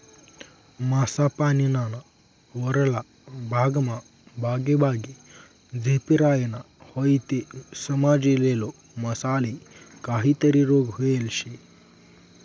मासा पानीना वरला भागमा बागेबागे झेपी रायना व्हयी ते समजी लेवो मासाले काहीतरी रोग व्हयेल शे